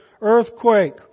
earthquake